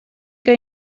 que